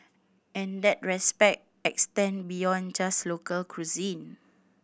and that respect extend beyond just local cuisine